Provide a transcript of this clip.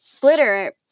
glitter